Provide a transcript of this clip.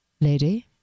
lady